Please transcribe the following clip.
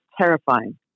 terrifying